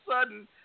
sudden